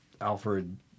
Alfred